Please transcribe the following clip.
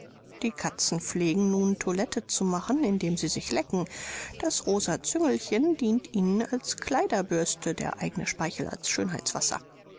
die katzen pflegen nun toilette zu machen indem sie sich lecken das rosa züngelchen dient ihnen als kleiderbürste der eigene speichel als